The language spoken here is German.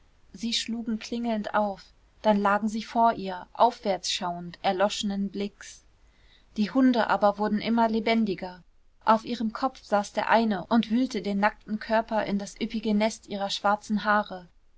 sie schlugen klingelnd auf dann lagen sie vor ihr aufwärts schauend erloschenen blicks die hunde aber wurden immer lebendiger auf ihrem kopf saß der eine und wühlte den nackten körper in das üppige nest ihrer schwarzen haare